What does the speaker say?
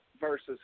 versus